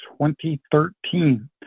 2013